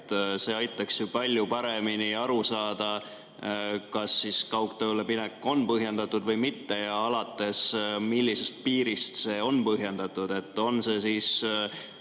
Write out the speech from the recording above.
See aitaks ju palju paremini aru saada, kas kaugtööle minek on põhjendatud või mitte ja alates millisest piirist see on põhjendatud – on see